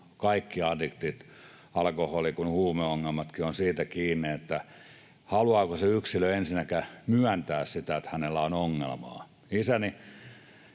kaikki addiktiot, niin alkoholi- kuin huumeongelmatkin, ovat kiinni siitä, haluaako se yksilö ensinnäkään myöntää sitä, että hänellä on ongelma. Isäni